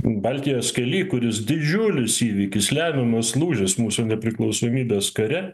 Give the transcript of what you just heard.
baltijos kely kuris didžiulis įvykis lemiamas lūžis mūsų nepriklausomybės kare